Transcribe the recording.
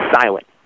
silent